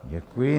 Děkuji.